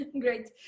Great